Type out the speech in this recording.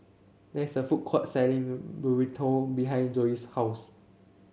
there is a food court selling Burrito behind Zoe's house